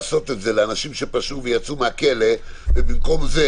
לעשות את זה לאנשים שפשעו ויצאו מהכלא ובמקום זה,